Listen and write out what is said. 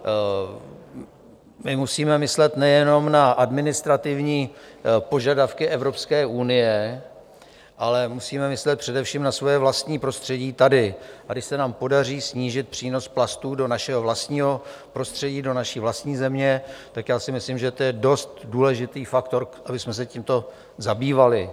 My musíme myslet nejenom na administrativní požadavky Evropské unie, ale musíme myslet především na svoje vlastní prostředí tady, a když se nám podaří snížit přínos plastů do našeho vlastního prostředí, do naší vlastní země, tak já si myslím, že to je dost důležitý faktor, abychom se tímto zabývali.